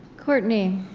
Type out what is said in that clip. courtney,